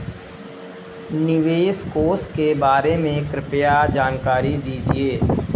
निवेश कोष के बारे में कृपया जानकारी दीजिए